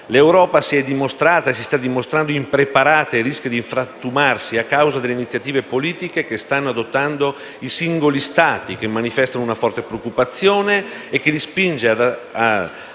L'Europa si è dimostrata e si sta dimostrando impreparata e rischia di frantumarsi a causa delle iniziative politiche che stanno adottando i singoli Stati dell'Unione, che manifestano una forte preoccupazione per il